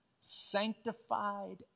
Sanctified